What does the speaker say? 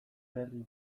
berri